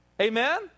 Amen